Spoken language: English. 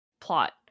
plot